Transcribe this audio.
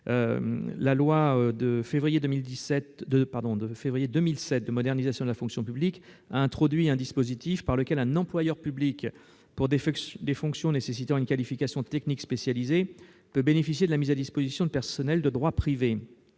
La loi du 2 février 2007 de modernisation de la fonction publique a introduit un dispositif en vertu duquel un employeur public, pour des fonctions nécessitant une qualification technique spécialisée, peut bénéficier de la mise à disposition de personnels de droit privé.